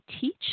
teach